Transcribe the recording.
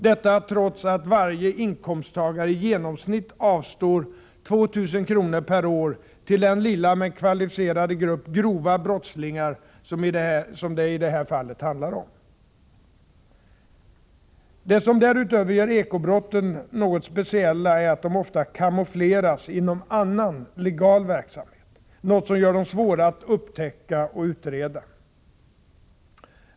Trots detta avstår varje inkomsttagare i genomsnitt 2 000 kr. per år till den lilla men kvalificerade grupp grova brottslingar som det i det här fallet handlar om. Det som därutöver gör eko-brotten något speciella är att de ofta kamoufleras inom annan, legal verksamhet — något som gör dem svåra att både upptäcka och utreda.